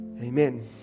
Amen